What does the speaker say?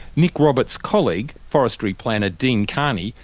nick roberts' colleague, forestry planner dean kearney,